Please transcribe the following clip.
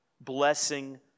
Blessing